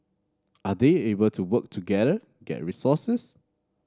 are they able to work together get resources